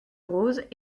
rose